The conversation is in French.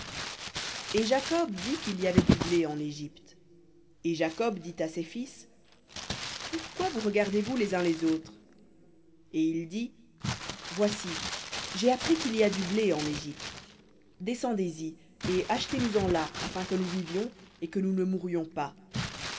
et jacob vit qu'il y avait du blé en égypte et jacob dit à ses fils pourquoi vous regardez-vous les uns les autres et il dit voici j'ai appris qu'il y a du blé en égypte descendez y et achetez nous en là afin que nous vivions et que nous ne mourions pas